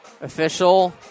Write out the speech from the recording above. Official